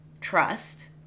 trust